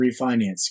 refinance